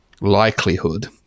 likelihood